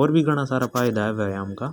और भी घणा सारा फायदा है वायाम का।